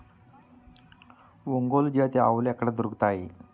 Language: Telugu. ఒంగోలు జాతి ఆవులు ఎక్కడ దొరుకుతాయి?